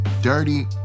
Dirty